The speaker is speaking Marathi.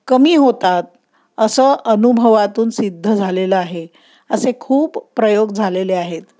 कमी होतात असं अनुभवातून सिद्ध झालेलं आहे असे खूप प्रयोग झालेले आहेत